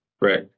Right